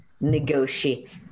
negotiate